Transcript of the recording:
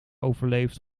overleefd